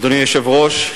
אדוני היושב-ראש,